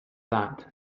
that